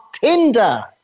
tinder